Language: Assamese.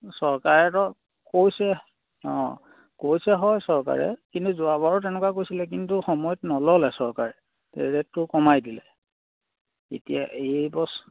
চৰকাৰেতো কৈছে অঁ কৈছে হয় চৰকাৰে কিন্তু যোৱাবাৰো তেনেকুৱা কৈছিলে কিন্তু সময়ত নল'লে চৰকাৰে ৰেটটো কমাই দিলে এতিয়া এইবছৰ